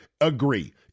agree